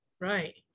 Right